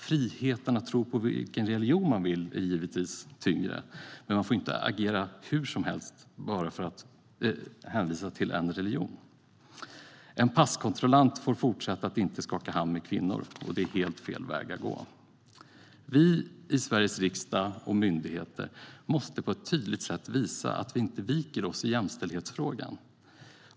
Friheten att tillhöra vilken religion man vill väger givetvis tyngre, men man får inte agera hur som helst och hänvisa till en religion. En passkontrollant får fortsätta att inte skaka hand med kvinnor, och det är helt fel väg att gå. Vi i Sveriges riksdag och på Sveriges myndigheter måste på ett tydligt sätt visa att vi inte viker oss i jämställdhetsfrågan.